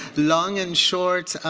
long and short,